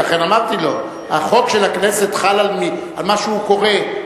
לכן אמרתי לו: החוק של הכנסת חל על מה שהוא קורא,